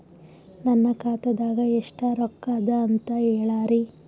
ನನ್ನ ಖಾತಾದಾಗ ಎಷ್ಟ ರೊಕ್ಕ ಅದ ಅಂತ ಹೇಳರಿ?